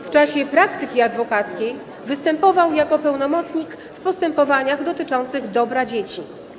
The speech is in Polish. W czasie praktyki adwokackiej występował jako pełnomocnik w postępowaniach dotyczących dobra dzieci.